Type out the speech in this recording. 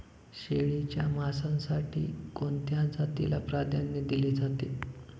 शेळीच्या मांसासाठी कोणत्या जातीला प्राधान्य दिले जाते?